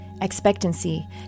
expectancy